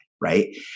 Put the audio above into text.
right